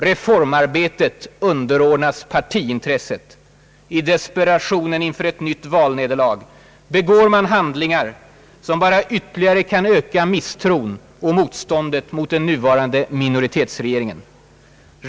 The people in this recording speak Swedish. Reformarbetet underordnas partiintresset. I desperationen inför ett nytt valnederlag begår man handlingar som bara ytterligare kan öka misstron och motståndet mot den nuvarande minoritetsregeringen.